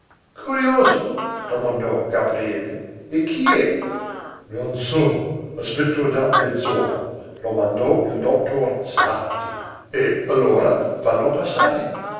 curioso domandò gabriele e chi è non so aspetta da mezz'ora lo manda il dottor sarti e allora fallo passare